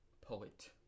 poet